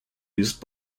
used